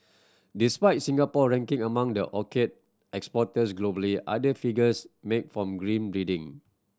despite Singapore ranking among the orchid exporters globally other figures make for grim reading